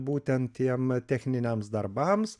būtent tiem techniniams darbams